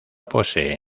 posee